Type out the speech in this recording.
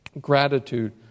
gratitude